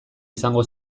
izango